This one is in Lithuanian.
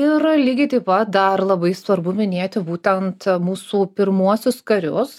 ir lygiai taip pat dar labai svarbu minėti būtent mūsų pirmuosius karius